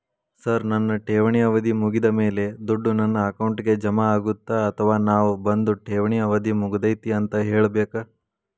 Sir ನನ್ನ ಠೇವಣಿ ಅವಧಿ ಮುಗಿದಮೇಲೆ, ದುಡ್ಡು ನನ್ನ ಅಕೌಂಟ್ಗೆ ಜಮಾ ಆಗುತ್ತ ಅಥವಾ ನಾವ್ ಬಂದು ಠೇವಣಿ ಅವಧಿ ಮುಗದೈತಿ ಅಂತ ಹೇಳಬೇಕ?